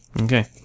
Okay